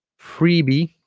freebie